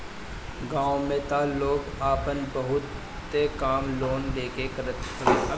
गांव में तअ लोग आपन बहुते काम लोन लेके करत हवे